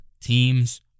teams